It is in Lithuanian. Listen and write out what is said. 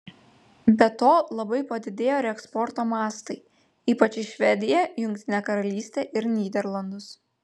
be to labai padidėjo reeksporto mastai ypač į švediją jungtinę karalystę ir nyderlandus